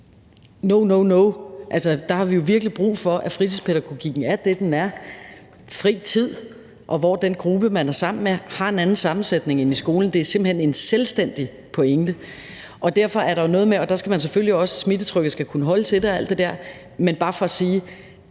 No, no, no. Altså, der har vi jo virkelig brug for, at fritidspædagogikken er det, den er, nemlig fri tid, og at den gruppe, man er sammen med, har en anden sammensætning end i skolen. Det er simpelt hen en selvstændig pointe. Smittetrykket skal selvfølgelig kunne holde til det og alt det der, men det er bare for at sige,